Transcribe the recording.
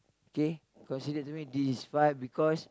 K considered to me this is five because